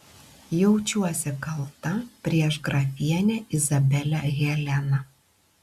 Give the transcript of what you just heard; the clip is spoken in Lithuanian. jaučiuosi kalta prieš grafienę izabelę heleną